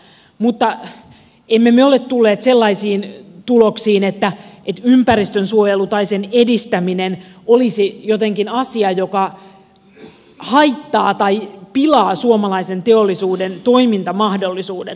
mutta emme me ole tulleet sellaisiin tuloksiin että ympäristönsuojelu tai sen edistäminen olisi jotenkin asia joka haittaa tai pilaa suomalaisen teollisuuden toimintamahdollisuudet